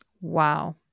Wow